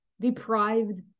deprived